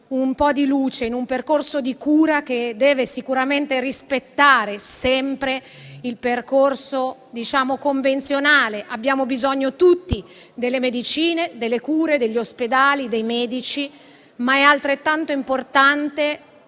un po' di luce in un percorso di cura che deve rispettare sempre il percorso convenzionale. Abbiamo bisogno tutti delle medicine, delle cure, degli ospedali e dei medici, ma è altrettanto importante